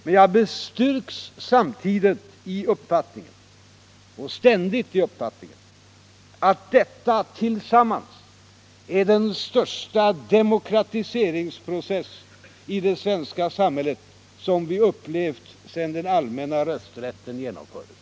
Men jag bestyrks ständigt i uppfattningen att detta tillsammans är den största demokratiseringsprocess i det svenska samhället som vi upplevt sedan den allmänna rösträtten genomfördes.